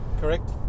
Correct